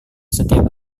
setiap